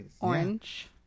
Orange